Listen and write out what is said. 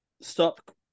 stop